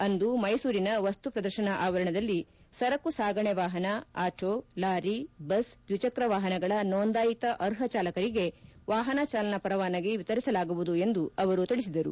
ಅಂದು ಮೈಸೂರಿನ ವಸ್ತು ಪ್ರದರ್ಶನ ಆವರಣದಲ್ಲಿ ಸರಕು ಸಾಗಣೆ ವಾಹನ ಆಟೋ ಲಾರಿ ಬಸ್ ದ್ವಿಚಕ್ರ ವಾಹನಗಳ ನೋಂದಾಯಿತ ಆರ್ಹ ಚಾಲಕರಿಗೆ ವಾಹನ ಚಾಲನಾ ಪರವಾನಗಿ ವಿತರಿಸಲಾಗುವುದು ಎಂದು ಅವರು ತಿಳಿಸಿದರು